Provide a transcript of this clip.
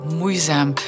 moeizaam